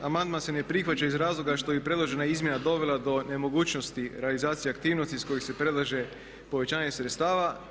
Amandman se ne prihvaća iz razloga što bi predložena izmjena dovela do nemogućnosti realizacije aktivnosti iz kojih se predlaže povećanje sredstava.